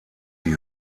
die